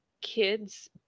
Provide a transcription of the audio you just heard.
Kids